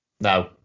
No